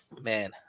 man